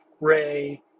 Ray